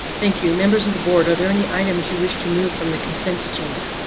thank you members of the board. are there any items you wish to move from the consent agenda?